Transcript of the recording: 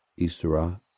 Isra